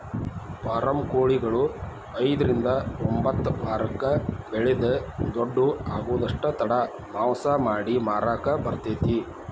form ಕೊಳಿಗಳು ಐದ್ರಿಂದ ಒಂಬತ್ತ ವಾರಕ್ಕ ಬೆಳಿದ ದೊಡ್ಡು ಆಗುದಷ್ಟ ತಡ ಮಾಂಸ ಮಾಡಿ ಮಾರಾಕ ಬರತೇತಿ